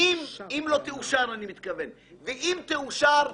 אם תאושר,